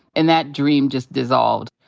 and that dream just dissolved.